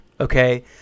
okay